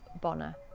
Bonner